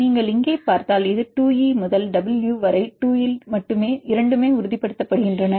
நீங்கள் இங்கே பார்த்தால் இது 2 E முதல் W வரை 2 இல் இரண்டுமே உறுதிப்படுத்தப்படுகின்றன